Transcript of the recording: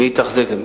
מי יתחזק את זה?